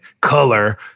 color